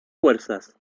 fuerzas